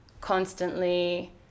constantly